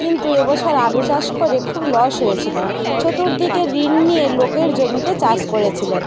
কিন্তু এবছর আলু চাষ করে খুব লস হয়েছিলেন চতুর্দিকে ঋণ নিয়ে লোকের জমিতে চাষ করেছিলেন